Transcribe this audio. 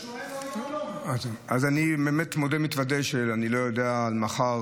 אתה שואל --- אז אני באמת מודה ומתוודה שאני לא יודע על מחר,